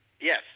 Yes